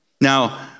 Now